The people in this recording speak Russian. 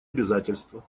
обязательства